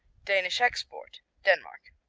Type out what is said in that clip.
danish export denmark